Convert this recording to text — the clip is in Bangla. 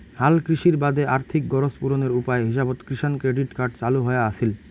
হালকৃষির বাদে আর্থিক গরোজ পূরণের উপায় হিসাবত কিষাণ ক্রেডিট কার্ড চালু হয়া আছিল